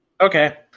Okay